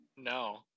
No